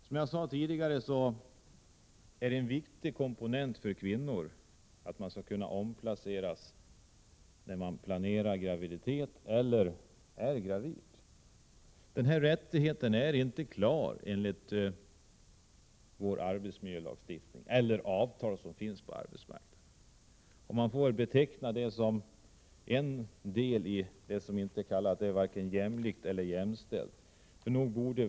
Som jag sade tidigare är det en viktig angelägenhet för kvinnor att få möjlighet till omplacering när de planerar graviditet eller är gravida. En sådan rättighet är ännu inte genomförd genom arbetsmiljölagstiftning eller avtal på arbetsmarknaden. I detta avseende råder varken jämlikhet eller jämställdhet.